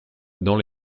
dans